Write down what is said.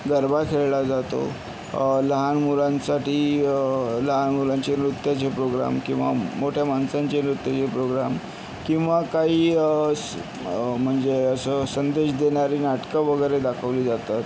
गरबा खेळला जातो लहान मुलांसाठी लहान मुलांचे नृत्याचे प्रोग्राम किंवा मोठ्या माणसांचे नृत्याचे प्रोग्राम किंवा काही स म्हणजे असं संदेश देणारी नाटकं वगैरे दाखवली जातात